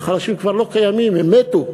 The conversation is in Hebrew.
החלשים כבר לא קיימים, הם מתו.